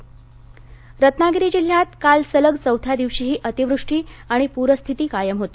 पाऊस रत्नागिरी जिल्ह्यात काल सलग चौथ्या दिवशीही अतिवृष्टी आणि प्रस्थिती कायम होती